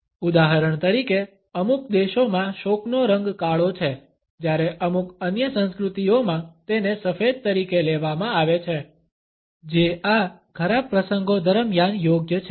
ઉદાહરણ તરીકે અમુક દેશોમાં શોકનો રંગ કાળો છે જ્યારે અમુક અન્ય સંસ્કૃતિઓમાં તેને સફેદ તરીકે લેવામાં આવે છે જે આ ખરાબ પ્રસંગો દરમિયાન યોગ્ય છે